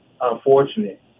unfortunate